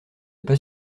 pas